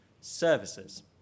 services